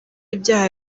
ibyaha